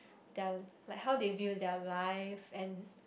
their like how they view their lives and